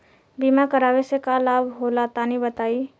बीमा करावे से का लाभ होला तनि बताई?